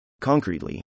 Concretely